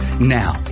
Now